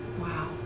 Wow